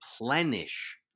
replenish